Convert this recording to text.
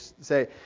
say